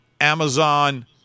Amazon